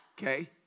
Okay